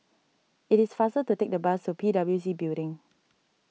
it is faster to take the bus to P W C Building